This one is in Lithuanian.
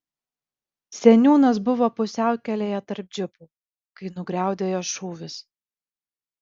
seniūnas buvo pusiaukelėje tarp džipų kai nugriaudėjo šūvis